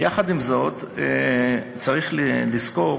יחד עם זאת, צריך לזכור